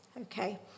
okay